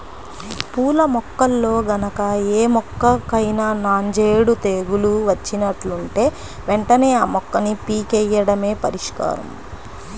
పూల మొక్కల్లో గనక ఏ మొక్కకైనా నాంజేడు తెగులు వచ్చినట్లుంటే వెంటనే ఆ మొక్కని పీకెయ్యడమే పరిష్కారం